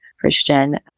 Christian